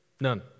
None